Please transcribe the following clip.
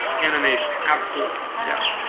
animation. absolutely. yeah